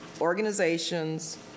organizations